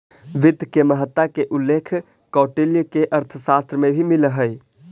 वित्त के महत्ता के उल्लेख कौटिल्य के अर्थशास्त्र में भी मिलऽ हइ